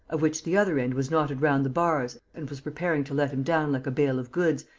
of which the other end was knotted round the bars and was preparing to let him down like a bale of goods,